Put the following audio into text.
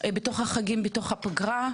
בתוך החגים ובתוך הפגרה.